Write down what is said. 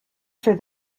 for